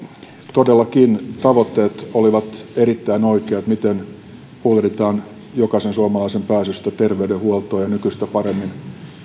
todellakin tavoitteet olivat erittäin oikeat siinä miten huolehditaan jokaisen suomalaisen pääsystä terveydenhuoltoon ja nykyistä paremmin